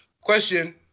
Question